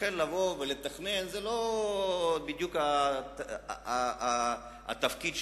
לכן, לבוא ולתכנן זה לא בדיוק התפקיד שלו.